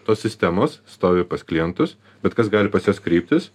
tos sistemos stovi pas klientus bet kas gali pas juos kreiptis